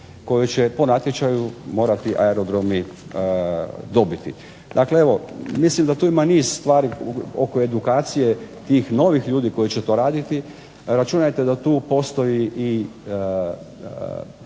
koja će po natječaju morati aerodromi dobiti. Dakle evo mislim da tu ima niz stvari oko edukacije tih novih ljudi koji će to raditi, računajte da tu postoji i